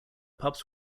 pubs